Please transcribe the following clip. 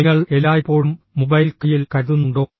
നിങ്ങൾ എല്ലായ്പ്പോഴും മൊബൈൽ കയ്യിൽ കരുതുന്നുണ്ടോ